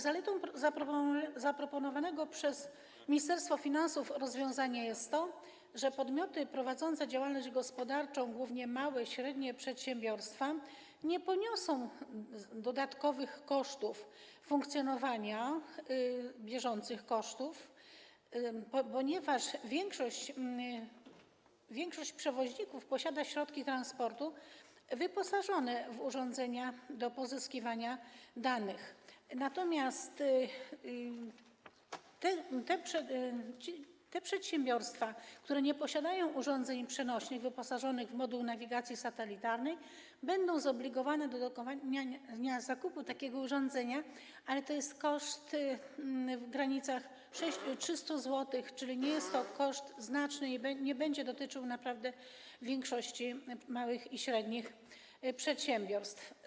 Zaletą zaproponowanego przez Ministerstwo Finansów rozwiązania jest to, że podmioty prowadzące działalność gospodarczą, głównie małe i średnie przedsiębiorstwa, nie poniosą dodatkowych kosztów bieżących funkcjonowania, ponieważ większość przewoźników posiada środki transportu wyposażone w urządzenia do pozyskiwania danych, natomiast te przedsiębiorstwa, które nie posiadają urządzeń przenośnych wyposażonych w moduł nawigacji satelitarnej, będą zobligowane do dokonania zakupu takiego urządzenia, ale to jest koszt w granicach 300 zł, czyli nie jest to koszt znaczny, poza tym nie będzie dotyczył większości małych i średnich przedsiębiorstw.